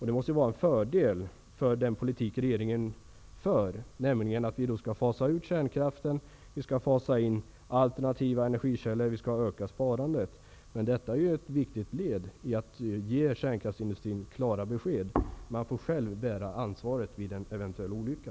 Det måste vara en fördel för den politik regeringen för, nämligen att kärnkraften skall fasas ut, att alternativa energikällor skall fasas in och att sparandet skall öka. Detta är ett viktigt led i att ge kärnkraftsindustrin klara besked, dvs. att industrin själv får bära ansvaret vid en eventuell olycka.